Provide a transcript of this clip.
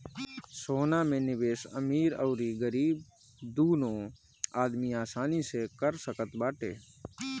सोना में निवेश अमीर अउरी गरीब दूनो आदमी आसानी से कर सकत बाटे